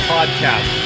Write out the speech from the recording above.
Podcast